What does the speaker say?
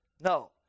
No